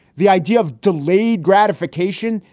the idea of delayed gratification,